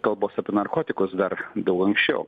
kalbos apie narkotikus dar buvo anksčiau